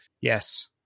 Yes